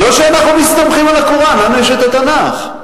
לא שאנחנו מסתמכים על הקוראן, לנו יש התנ"ך.